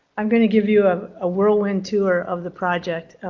i'm going to give you a ah whirlwind tour of the project.